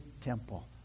temple